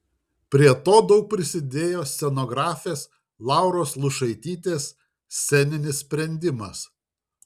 prie to daug prisidėjo scenografės lauros luišaitytės sceninis sprendimas